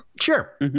Sure